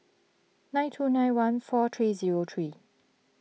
nine two nine one four three zero three